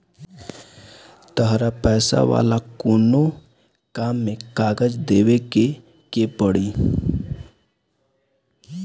तहरा पैसा वाला कोनो काम में कागज देवेके के पड़ी